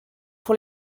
pour